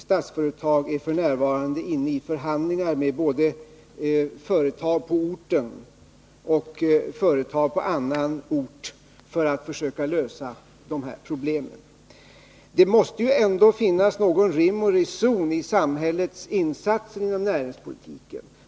Statsföretag är f. n. inne i förhandlingar med både företag på orten och företag på annan ort för att försöka lösa de här problemen. Det måste ju finnas rim och reson i samhällets insatser inom näringspolitiken.